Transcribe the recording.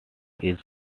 its